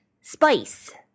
spice